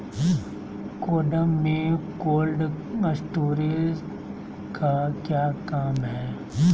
गोडम में cold storage का क्या काम है?